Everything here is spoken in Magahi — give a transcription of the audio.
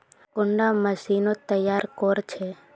कुंडा मशीनोत तैयार कोर छै?